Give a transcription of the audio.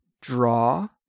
draw